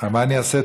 מה אני אעשה?